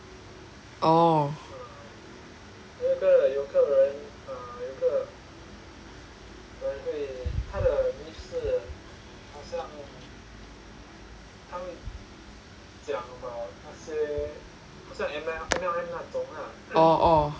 oh orh orh